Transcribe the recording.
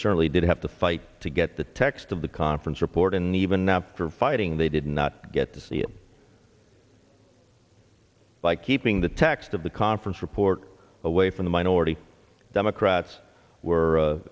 certainly did have to fight to get the text of the conference report and even now after fighting they did not get to see it by keeping the text of the conference report away from the minority democrats were